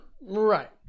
Right